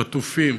חטופים.